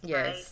Yes